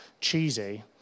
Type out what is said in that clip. cheesy